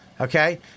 Okay